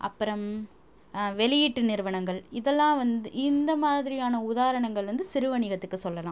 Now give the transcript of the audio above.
அப்புறம் வெளியீட்டு நிறுவனங்கள் இதெலாம் வந்து இந்த மாதிரியான உதாரணங்கள் வந்து சிறு வணிகத்துக்கு சொல்லலாம்